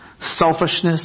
selfishness